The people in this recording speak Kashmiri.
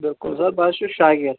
بِلکُل بہٕ حظ چھُس شأکر